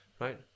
right